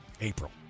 April